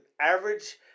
average